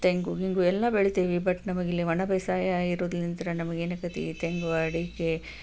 ತೆಂಗು ಗಿಂಗು ಎಲ್ಲ ಬೆಳಿತೀವಿ ಬಟ್ ನಮಗಿಲ್ಲಿ ಒಣ ಬೇಸಾಯ ಇರುವುದ್ಲಿಂತ್ರ ನಮಗೆ ಏನಾಕೈತಿ ತೆಂಗು ಅಡಿಕೆ